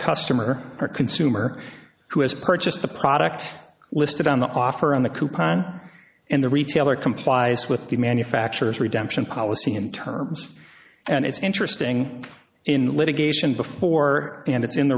a customer or consumer who has purchased the products listed on the offer on the coupon and the retailer complies with the manufacturer's redemption policy and terms and it's interesting in litigation before and it's in